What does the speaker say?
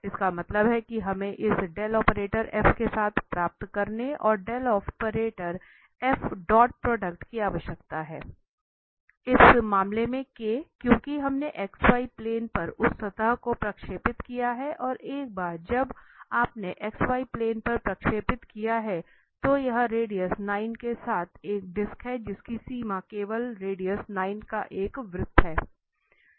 इसका मतलब है कि हमें इस के साथ प्राप्त करने और डॉट प्रोडक्ट की आवश्यकता है इस मामले में क्योंकि हमने xy प्लेन पर उस सतह को प्रक्षेपित किया है और एक बार जब आपने xy प्लेन पर प्रक्षेपित किया है तो यह रेडियस 9 के साथ एक डिस्क है जिसकी सीमाएं केवल रेडियस 9 का एक वृत्त हैं